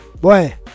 Boy